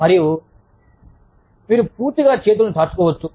మరియు లేదా మీరు పూర్తిగా మీ చేతులను చాచుకోవచ్చు